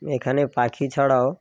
এখানে পাখি ছাড়াও